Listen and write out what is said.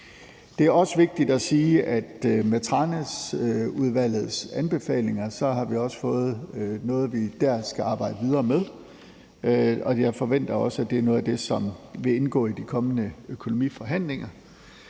Det er også vigtigt at sige, at vi med Tranæsudvalgets anbefalinger også har fået noget, som vi skal arbejde videre med, og jeg forventer også, at det er noget af det, som vi indgå i de kommende økonomiforhandlinger.